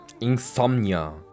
Insomnia